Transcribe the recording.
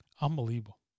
Unbelievable